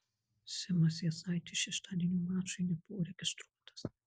simas jasaitis šeštadienio mačui nebuvo registruotas